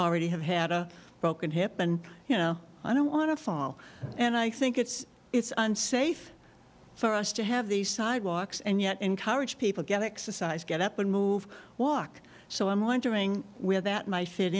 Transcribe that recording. already have had a broken hip and you know i don't want to fall and i think it's it's unsafe for us to have these sidewalks and yet encourage people get exercise get up and move walk so i'm wondering where that m